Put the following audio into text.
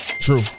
True